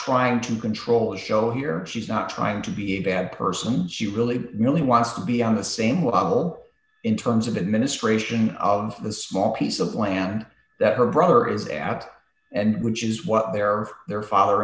trying to control a show here she's not trying to be a bad person she really really wants to be on the same level in terms of administration of the small piece of land that her brother is a out and which is what they're for their father